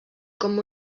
com